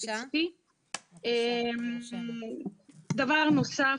דבר נוסף,